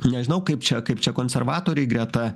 nežinau kaip čia kaip čia konservatoriai greta